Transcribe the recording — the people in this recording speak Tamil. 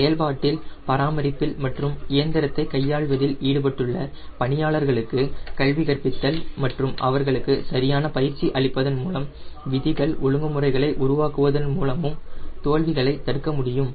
செயல்பாட்டில் பராமரிப்பில் மற்றும் இயந்திரத்தை கையாள்வதில் ஈடுபட்டுள்ள பணியாளர்களுக்கு கல்வி கற்பித்தல் மற்றும் அவர்களுக்கு சரியான பயிற்சி அளிப்பதன் மூலமும் விதிகள் ஒழுங்குமுறைகளை உருவாக்குவதன் மூலமும் தோல்விகளைத் தடுக்க முடியும்